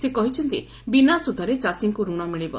ସେ କହିଛନ୍ତି ବିନା ସୁଧରେ ଚାଷୀଙ୍କୁ ଋଣ ମିଳିବ